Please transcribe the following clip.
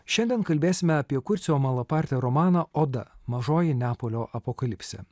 šiandien kalbėsime apie kurcio malaparte romaną oda mažoji neapolio apokalipsė